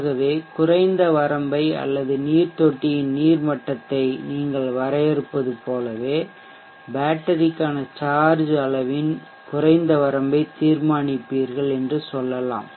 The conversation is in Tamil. ஆகவே குறைந்த வரம்பை அல்லது நீர் தொட்டியின் நீர் மட்டத்தை நீங்கள் வரையறுப்பது போலவே பேட்டரிக்கான சார்ஜ் அளவின் குறைந்த வரம்பை தீர்மானிப்பீர்கள் என்று சொல்லலாம்